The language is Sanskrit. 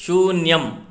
शून्यम्